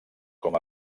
com